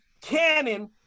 cannon